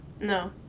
No